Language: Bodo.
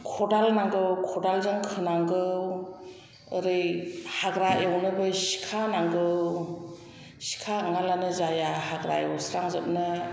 खदाल नांगौ खदालजों खोनांगौ ओरै हाग्रा एवनोबो सिखा नांगौ सिखा नङाब्लानो जाया हाग्रा एवस्रांजोबनो